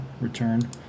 return